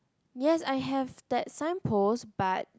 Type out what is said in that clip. yes I have that sign post but